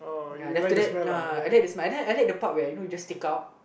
ya after that uh I like the smell I like I like the part where you know just take out